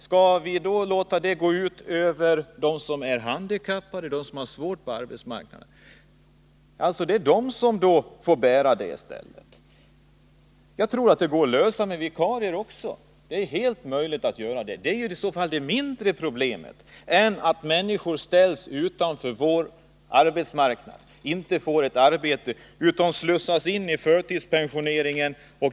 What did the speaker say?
Skall vi låta det gå ut över dem som är handikappade och dem som har det svårt på arbetsmarknaden? Det är alltså dessa som får bära konsekvenserna av förslaget. Det går också att lösa problemet med vikarier. Det är ett mindre problem än att människor ställs utanför vår arbetsmarknad och slussas in i förtidspensioneringen.